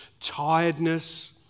tiredness